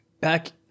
back